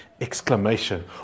exclamation